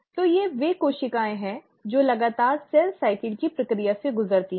तो ये वे कोशिकाएं हैं जो लगातार सेल साइकिल की प्रक्रिया से गुजरती हैं